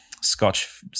scotch